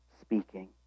speaking